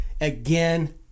Again